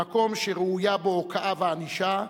במקום שראויה בו הוקעה וענישה,